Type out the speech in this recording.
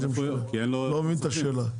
לא מבין את השאלה.